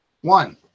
One